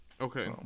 Okay